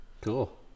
cool